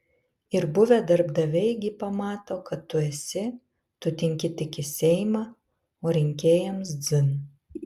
ir buvę darbdaviai gi pamato kad tu esi tu tinki tik į seimą o rinkėjams dzin